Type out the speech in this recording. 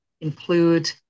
include